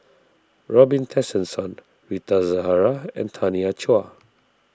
Robin Tessensohn Rita Zahara and Tanya Chua